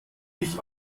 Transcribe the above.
dich